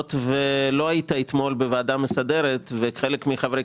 כיוון שלא היית אתמול בוועדה המסדרת ולא היו חלק מחברי